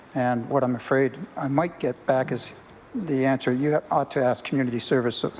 and what i'm afraid i might get back is the answer you ought to ask community service. ah